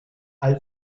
high